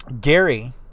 Gary